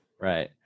Right